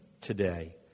today